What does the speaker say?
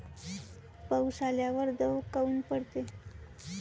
पाऊस आल्यावर दव काऊन पडते?